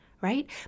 right